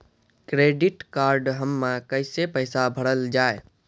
Credit card हम्मे कैसे पैसा भरल जाए?